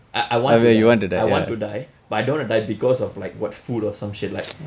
I I want to die I want to die but I don't wanna die because of like what food or some shit like